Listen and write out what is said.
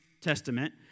testament